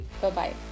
Bye-bye